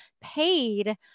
paid